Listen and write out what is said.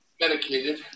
Medicated